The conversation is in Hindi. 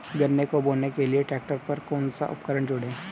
गन्ने को बोने के लिये ट्रैक्टर पर कौन सा उपकरण जोड़ें?